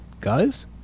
Guys